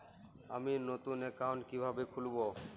আমি নতুন অ্যাকাউন্ট কিভাবে খুলব?